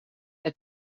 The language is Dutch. het